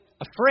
afraid